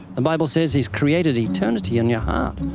the bible says he's created eternity in your heart.